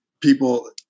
people